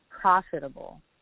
profitable